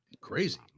crazy